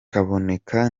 kaboneka